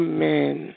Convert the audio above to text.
Amen